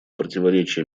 противоречия